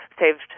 saved